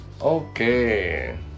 Okay